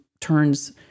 turns